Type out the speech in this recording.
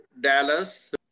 Dallas